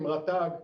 עם רט"ג,